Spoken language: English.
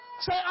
Say